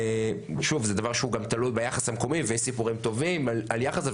שוב זה דבר שהוא גם תלוי ביחס המקומי ויש סיפורים טובים על יחס,